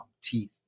teeth